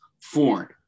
Foreign